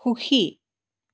সুখী